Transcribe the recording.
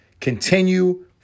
Continue